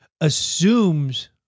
assumes